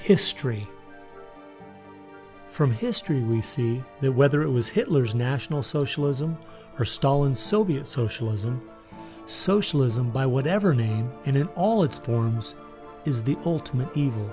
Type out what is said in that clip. history from history we see there whether it was hitler's national socialism or stalin soviet socialism socialism by whatever name and in all its forms